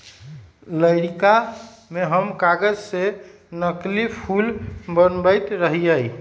लइरका में हम कागज से नकली फूल बनबैत रहियइ